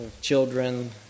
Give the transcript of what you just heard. children